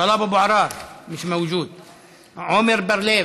טלב אבו עראר, מיש מווג'וד, עמר בר-לב,